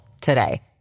today